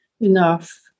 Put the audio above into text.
enough